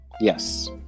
yes